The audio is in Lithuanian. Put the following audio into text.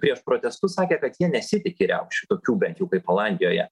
prieš protestus sakė kad jie nesitiki riaušių tokių bent jau kaip olandijoje